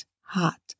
hot